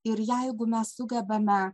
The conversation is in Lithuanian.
ir jeigu mes sugebame